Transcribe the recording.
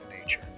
nature